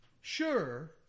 sure